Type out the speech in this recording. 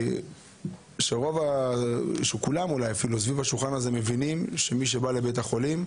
שכל היושבים סביב השולחן הזה מבינים שמי שבא לבית החולים,